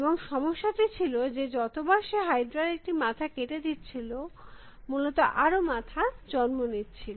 এবং সমস্যাটি ছিল যে যত বার সে হাইড্রা র একটি মাথা কেটে দিচ্ছিল মূলত আরো মাথা জন্ম নিচ্ছিল